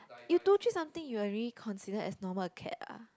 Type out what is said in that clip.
you two three something you already consider as normal acad ah